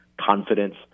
confidence